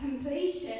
completion